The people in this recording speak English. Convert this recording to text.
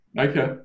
Okay